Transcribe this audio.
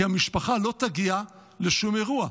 כי המשפחה לא תגיע לשום אירוע.